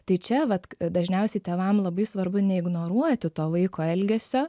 tai čia vat dažniausiai tėvam labai svarbu neignoruoti to vaiko elgesio